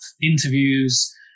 interviews